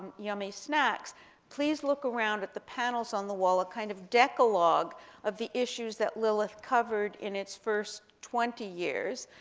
yummy snacks please look around at the panels on the wall, a kind of decalogue of the issues that lilith covered in its first twenty years.